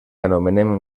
anomenem